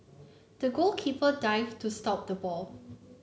the goalkeeper dived to stop the ball